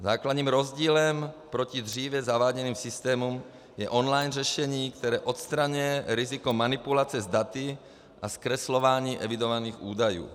Základním rozdílem proti dříve zaváděným systémům je online řešení, které odstraňuje riziko manipulace s daty a zkreslování evidovaných údajů.